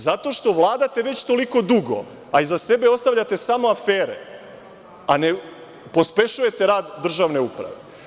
Zato što vladate već toliko dugo, a iza sebe ostavljate samo afere, a ne pospešujete rad državne uprave.